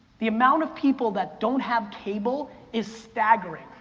the amount of people that don't have cable, is staggering.